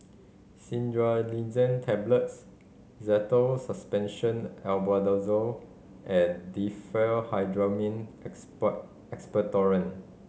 Cinnarizine Tablets Zental Suspension Albendazole and Diphenhydramine Expectorant